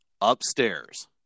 upstairs